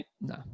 No